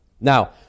Now